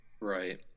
Right